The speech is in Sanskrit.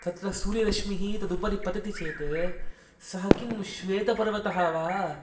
तत्र सूर्यरश्मिः तद् उपरि पतति चेत सः किं श्वेतपर्वतः वा